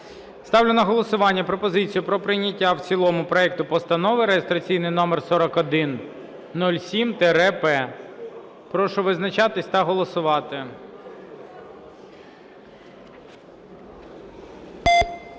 Ставлю на голосування пропозицію про прийняття в цілому проекту Постанови реєстраційний номер 4107-П. Прошу визначатися та голосувати.